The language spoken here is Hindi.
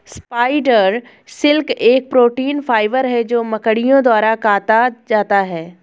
स्पाइडर सिल्क एक प्रोटीन फाइबर है जो मकड़ियों द्वारा काता जाता है